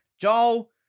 Joel